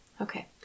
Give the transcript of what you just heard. Okay